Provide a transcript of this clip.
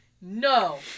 no